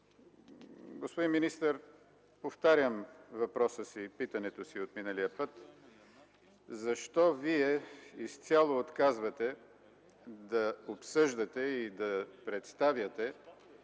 Господин министър, повтарям въпроса и питането си от миналия път: защо Вие изцяло отказвате да обсъждате и да представяте